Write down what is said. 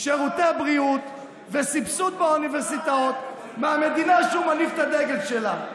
שירותי בריאות וסבסוד באוניברסיטאות מהמדינה שהוא מניף את הדגל שלה.